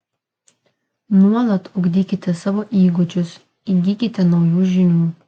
nuolat ugdykite savo įgūdžius įgykite naujų žinių